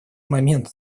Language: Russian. момент